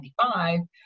1995